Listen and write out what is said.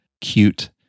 cute